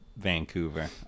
Vancouver